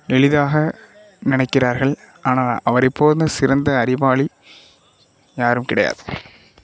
எளிதாக நினைக்கிறார்கள் ஆனால் அவரைப் போன்ற சிறந்த அறிவாளி யாரும் கிடையாது